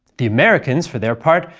the americans, for their part,